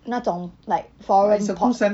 那种 like foreign port